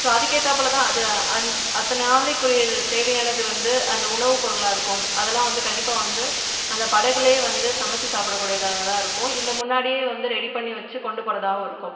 so அதுக்கேற்றாப்புல தான் அது அந் அத்தனை நாளைக்குரியது தேவையானது வந்து அந்த உணவுப் பொருளாக இருக்கும் அதெல்லாம் வந்து கண்டிப்பாக வந்து அந்த படகுலேயே வந்து சமைச்சு சாப்பிடக் கூடியதாகதான் இருக்கும் இல்லை முன்னாடியே வந்து ரெடி பண்ணி வச்சு கொண்டு போறதாகவும் இருக்கும்